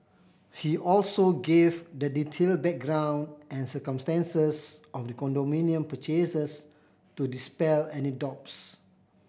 he also gave the detailed background and circumstances of the condominium purchases to dispel any doubts